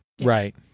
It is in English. Right